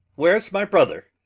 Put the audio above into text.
where's my brother?